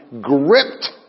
gripped